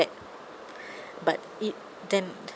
flat but it then